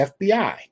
FBI